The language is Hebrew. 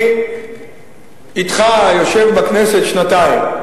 אני יושב אתך בכנסת שנתיים.